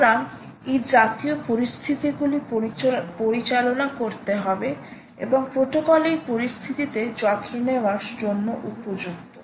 সুতরাং এই জাতীয় পরিস্থিতিগুলি পরিচালনা করতে হবে এবং প্রোটোকল এই পরিস্থিতিতে যত্ন নেওয়ার জন্য উপযুক্ত